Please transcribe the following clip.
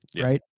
right